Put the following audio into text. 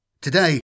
Today